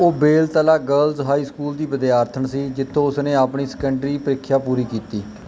ਉਹ Beltala girls high school ਦੀ ਵਿਦਿਆਰਥਣ ਸੀ ਜਿੱਥੋਂ ਉਸਨੇ ਆਪਣੀ ਸੈਕੰਡਰੀ ਪ੍ਰੀਖਿਆ ਪੂਰੀ ਕੀਤੀ